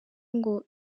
ngo